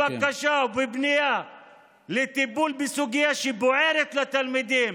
בבקשה ובפנייה לטיפול בסוגיה שבוערת לתלמידים